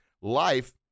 Life